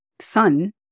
son